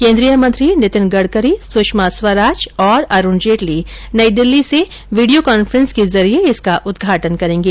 केन्द्रीय मंत्री नितिन गडकरी सुषमा स्वराज और ैअरूण र्जेटली नई दिल्ली से वीडियो कांफ्रेंस के जरिये इसका उद्घाटन करेंगे